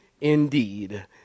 Indeed